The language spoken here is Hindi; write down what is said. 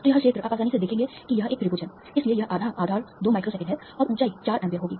तो यह क्षेत्र आप आसानी से देखेंगे कि यह एक त्रिभुज है इसलिए यह आधा आधार दो माइक्रोसेकंड है और ऊंचाई 4 एम्पीयर होगी